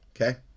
okay